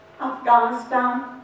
Afghanistan